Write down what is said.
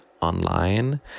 online